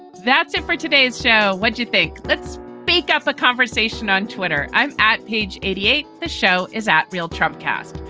that's it for today's show. what do you think? let's break up the conversation on twitter. i'm at page eighty eight. the show is at real trump cast.